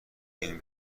این